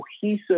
cohesive